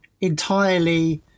entirely